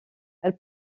elle